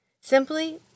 Simply